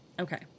Okay